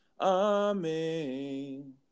amen